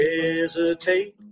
hesitate